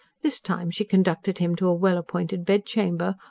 this time she conducted him to a well-appointed bedchamber,